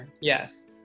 yes